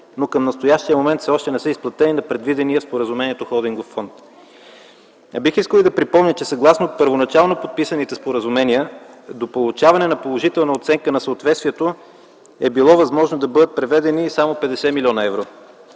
но към настоящия момент все още не са изплатени на предвидения в споразумението холдингов фонд. Бих искал да припомня, че съгласно първоначално подписаните споразумения до получаване на положителна оценка на съответствието е било възможно да бъдат преведени само 50 млн. евро,